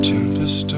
Tempest